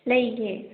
ꯂꯩꯌꯦ